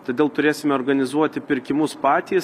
todėl turėsime organizuoti pirkimus patys